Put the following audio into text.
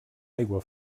aigua